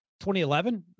2011